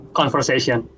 conversation